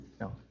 no